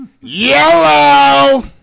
Yellow